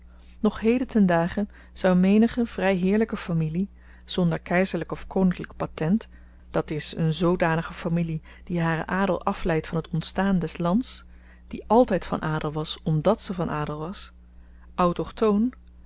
nog heden ten dage zou menige vryheerlyke familie zonder keizerlyk of koninklyk patent dat is een zoodanige familie die haren adel afleidt van het ontstaan des lands die altyd van adel was omdat ze van adel was autochthoon een